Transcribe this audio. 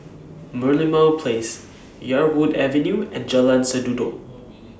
Merlimau Place Yarwood Avenue and Jalan Sendudok